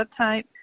subtype